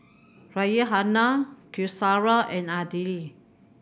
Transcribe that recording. Raihana Qaisara and Aidil